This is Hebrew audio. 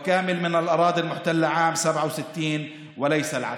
וכוללת מהאדמות שנכבשו ב-67', ולא להפך.)